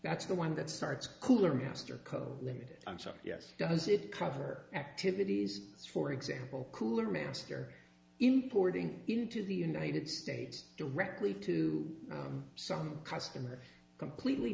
that's the one that starts cooler master co ltd i'm sorry yes does it cover activities for example cooler master importing into the united states directly to some customer completely